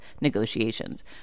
negotiations